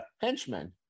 henchmen